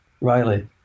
Riley